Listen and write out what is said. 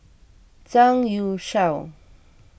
Zhang Youshuo